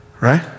right